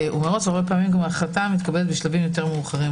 עדיין ההחלטה מתקבלת בשלבים יותר מאוחרים,